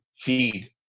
feed